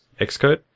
Xcode